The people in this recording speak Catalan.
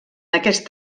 aquest